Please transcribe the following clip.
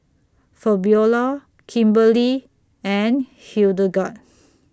Fabiola Kimberly and Hildegarde